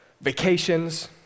vacations